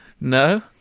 No